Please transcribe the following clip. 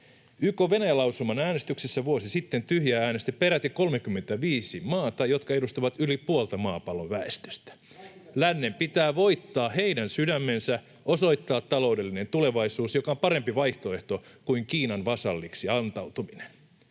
YK:n Venäjä-lausuman äänestyksessä vuosi sitten tyhjää äänesti peräti 35 maata, jotka edustavat yli puolta maapallon väestöstä. Lännen pitää voittaa heidän sydämensä, osoittaa taloudellinen tulevaisuus, joka on parempi vaihtoehto kuin Kiinan vasalliksi antautuminen.